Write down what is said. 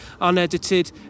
unedited